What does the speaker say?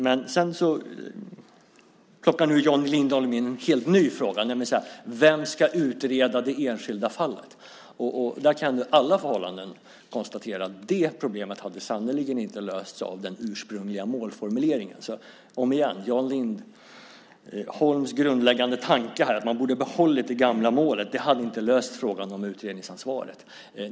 Jan Lindholm plockar här in en helt ny fråga: Vem ska utreda det enskilda fallet? Under alla förhållanden kan jag konstatera att det problemet sannerligen inte hade lösts genom den ursprungliga målformuleringen. Återigen: Jan Lindholms grundläggande tanke här om att man borde ha behållit det gamla målet hade inte löst frågan om utredningsansvaret.